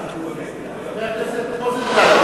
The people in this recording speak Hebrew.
חבר הכנסת רוזנטל,